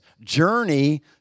Journey